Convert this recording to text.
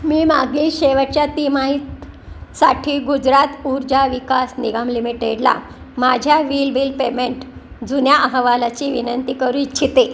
मी मागे शेवटच्या तिमाही साठी गुजरात ऊर्जा विकास निगम लिमिटेडला माझ्या विज बिल पेमेंट जुन्या अहवालाची विनंती करू इच्छिते